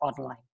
online